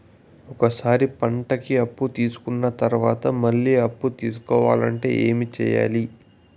ఒక సారి పంటకి అప్పు తీసుకున్న తర్వాత మళ్ళీ అప్పు తీసుకోవాలంటే ఏమి చేయాలి?